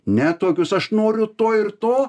ne tokius aš noriu to ir to